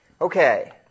Okay